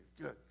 good